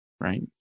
right